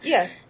Yes